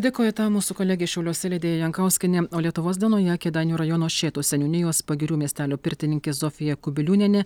dėkoju tau mūsų kolege šiauliuose lidija jankauskienė lietuvos dienoje kėdainių rajono šėtos seniūnijos pagirių miestelio pirtininkė zofija kubiliūnienė